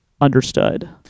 understood